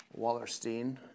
Wallerstein